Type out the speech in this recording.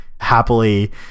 happily